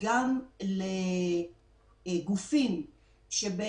וגם לגופים ש...